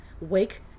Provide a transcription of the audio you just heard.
wake